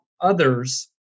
others